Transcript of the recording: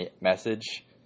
message